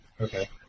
Okay